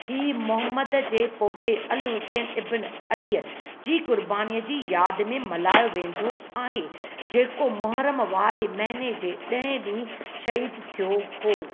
हीअ मुहम्मद जे पोटे अल हुसैन इब्न अलीअ जी क़ुर्बानीअ जी यादि में मल्हायो वेंदो आहे जेको मुहर्रम वारे महीने जे ॾहें ॾींहुं शहीदु थियो हो